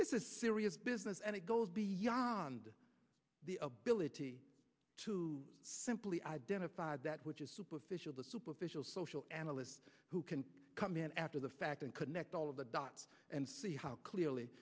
is serious business and it goes beyond the ability to simply identify that which is superficial the superficial social analyst who can come in after the fact and connect all of the dots and see how clearly